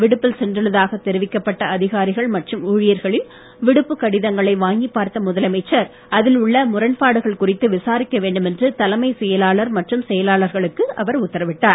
விடுப்பில் சென்றுள்ளதாக தெரிவிக்கப்பட்ட அதிகாரிகள் மற்றும் ஊழியர்களின் விடுப்பு கடிதங்களை வாங்கிப் பார்த்த முதலமைச்சர் அதில் உள்ள முரண்பாடுகள் குறித்து விசாரிக்க வேண்டும் என்று தலைமைச் செயலாளர் மற்றும் செயலாளர்களுக்கு அவர் உத்தரவிட்டார்